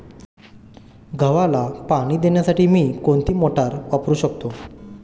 गव्हाला पाणी देण्यासाठी मी कोणती मोटार वापरू शकतो?